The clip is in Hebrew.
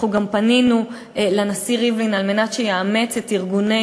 אנחנו גם פנינו לנשיא כדי שיאמץ את ארגוני